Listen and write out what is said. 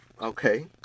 Okay